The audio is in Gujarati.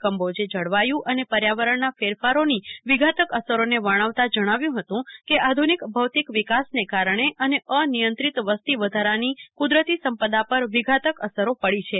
કમ્બોજે જળવાયુ અને પરર્યાવરણનાં ફેરફારોની વિઘાતક અસરોને વર્ણવતા જણાવ્યું હતું કે આધુનિક ભૌતિકવિકાસને કારણે અને અનિયંત્રીત વસ્તીવધારાની કુદરતી સંપદા પર વિધાતક અસરો પડી છે